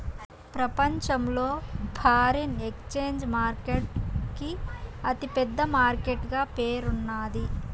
ప్రపంచంలో foreign exchange market కి అతి పెద్ద మార్కెట్ గా పేరున్నాది